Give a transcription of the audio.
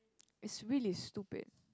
it's really stupid